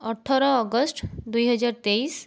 ଅଠର ଅଗଷ୍ଟ ଦୁଇ ହଜାର ତେଇଶି